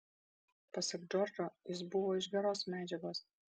pasak džordžo jis buvo iš geros medžiagos